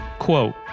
Quote